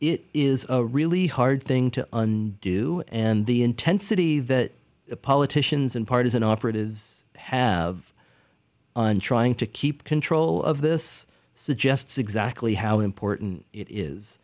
it is a really hard thing to do and the intensity that politicians and partisan operatives have on trying to keep control of this suggests exactly how important it is